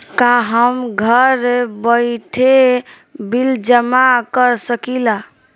का हम घर बइठे बिल जमा कर शकिला?